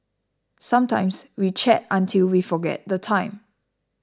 sometimes we chat until we forget the time